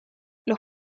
los